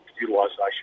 utilisation